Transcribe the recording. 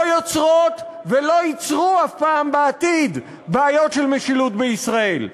לא יוצרות ולא ייצרו אף פעם בעתיד בעיות של משילות בישראל.